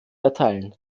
erteilen